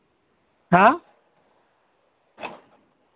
ᱦᱮᱸ